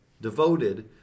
devoted